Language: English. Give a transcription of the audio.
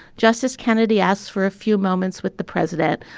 justice kennedy asks for a few moments with the president,